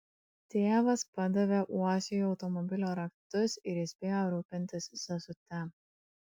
tėvas padavė uosiui automobilio raktus ir įspėjo rūpintis sesute